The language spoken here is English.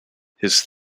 his